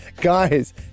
guys